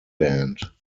band